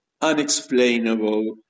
unexplainable